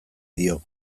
dio